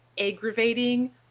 aggravating